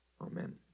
Amen